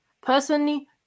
personally